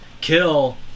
kill